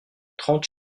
trente